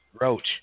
Roach